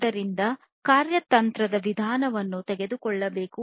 ಆದ್ದರಿಂದ ಕಾರ್ಯತಂತ್ರದ ವಿಧಾನವನ್ನು ತೆಗೆದುಕೊಳ್ಳಬೇಕು